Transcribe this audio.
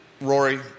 Rory